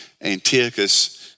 Antiochus